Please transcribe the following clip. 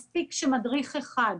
מספיק שמדריך אחד,